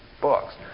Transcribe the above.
books